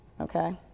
Okay